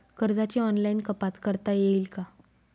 कर्जाची ऑनलाईन कपात करता येईल का?